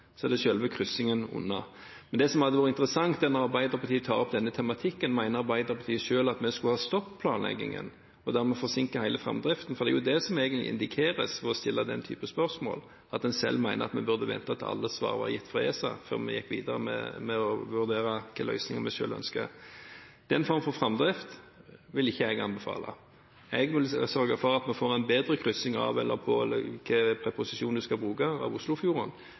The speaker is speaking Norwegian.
Så er det selve kryssingen under. Det som hadde vært interessant å høre, når Arbeiderpartiet tar opp denne tematikken, er om Arbeiderpartiet mener at vi skulle ha stoppet planleggingen, og dermed forsinket hele framdriften. For det er jo det som egentlig indikeres ved å stille den type spørsmål, at en mener vi burde vente til alle svar var gitt fra ESA før vi gikk videre med å vurdere hvilke løsninger vi selv ønsker. Den form for framdrift vil ikke jeg anbefale. Jeg vil sørge for at vi får en bedre kryssing av eller på – eller hvilken preposisjon man skal bruke – Oslofjorden,